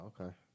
Okay